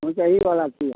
पहुँचहीवला छी आब